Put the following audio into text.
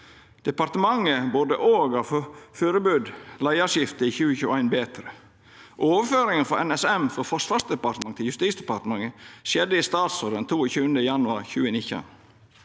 Departementet burde òg ha førebudd leiarskiftet i 2021 betre. Overføringa av NSM frå Forsvarsdepartementet til Justisdepartementet skjedde i statsråd den 22. januar 2019,